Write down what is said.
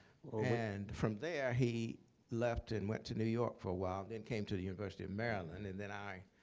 and from there, he left and went to new york for awhile, then came to the university of maryland and then i.